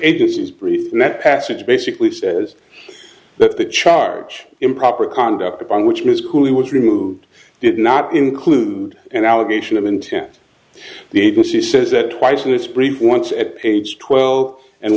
agency's brief and that passage basically says that the charge improper conduct upon which ms couey was removed did not include an allegation of intent the agency says that twice in this brief once at page twelve and